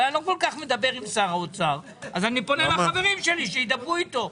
אבל אני לא כל כך מדבר עם שר האוצר אז אני פונה לחברים שלי שידברו אתו.